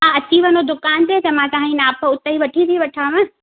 हा अची वञो दुकान ते त मां तव्हांजी नाप उते ई वठी थी वठांव